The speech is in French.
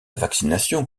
vaccination